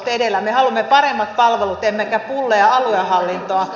me haluamme paremmat palvelut emmekä pulleaa aluehallintoa